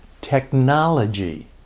technology